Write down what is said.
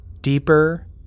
deeper